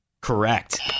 Correct